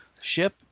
Ship